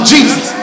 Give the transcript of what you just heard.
Jesus